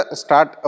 start